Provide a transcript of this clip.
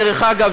דרך אגב,